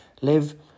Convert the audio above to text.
Live